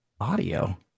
audio